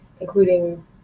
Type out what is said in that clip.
including